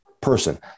person